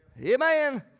Amen